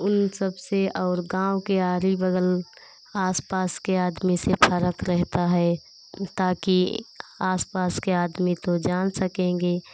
उन सबसे और गाँव के आरी बगल आस पास के आदमी से फरक रहता है ताकी आस पास के आदमी तो जान सकेंगे